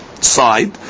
side